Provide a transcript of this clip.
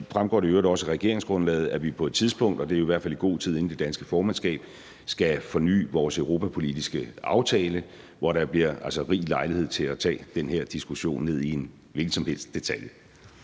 fremgår det i øvrigt også af regeringsgrundlaget, at vi på et tidspunkt, og det er i hvert fald i god tid inden det danske formandskab, skal forny vores europapolitiske aftale, hvor der bliver rig lejlighed til at tage den her diskussion ned i en hvilken som helst detalje.